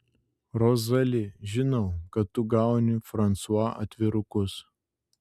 rozali žinau kad tu gauni fransua atvirukus